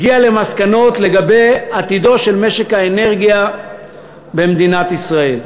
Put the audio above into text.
הגיעה למסקנות לגבי עתידו של משק האנרגיה במדינת ישראל.